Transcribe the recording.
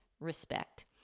respect